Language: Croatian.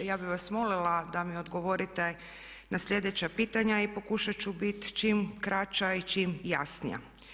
Ja bih vas molila da mi odgovorite na sljedeća pitanja i pokušati ću biti čim kraća i čim jasnija.